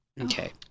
Okay